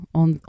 on